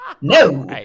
No